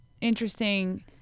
interesting